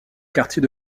quartier